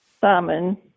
Simon